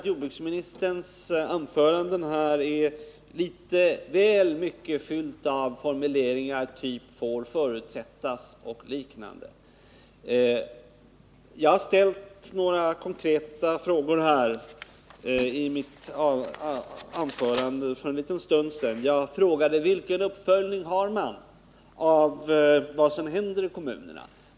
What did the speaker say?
Jordbruksministerns anförande är litet väl mycket fyllt av formuleringar typen ”får förutsättas”. Jag ställde i mitt anförande för en stund sedan några konkreta frågor. Vilken uppföljning har man av vad som händer i kommunerna?